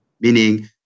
meaning